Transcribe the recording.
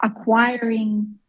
acquiring